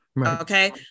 okay